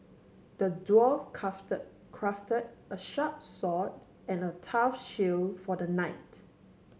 the dwarf craft craft a sharp sword and a tough shield for the knight